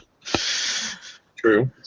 True